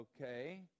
okay